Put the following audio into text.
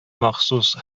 махсус